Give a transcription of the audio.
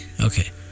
Okay